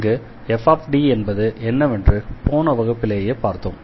இங்கு fD என்பது என்னவென்று போன வகுப்பிலேயே பார்த்தோம்